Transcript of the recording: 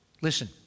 listen